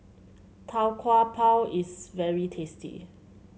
Tau Kwa Pau is very tasty